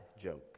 joke